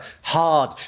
hard